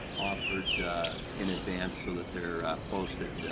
offered in advance so that they are posted.